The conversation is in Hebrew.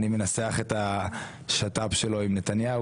אני מנסח את השת"פ שלו עם נתניהו,